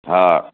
हा